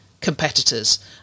competitors